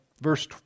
Verse